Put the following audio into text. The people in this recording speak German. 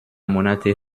monate